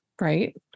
right